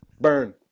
Burn